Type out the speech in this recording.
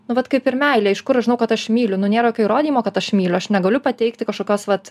nu vat kaip ir meilė iš kur aš žinau kad aš myliu nu nėra jokio įrodymo kad aš myliu aš negaliu pateikti kažkokios vat